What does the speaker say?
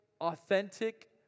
authentic